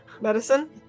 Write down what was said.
Medicine